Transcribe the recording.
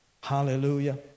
Hallelujah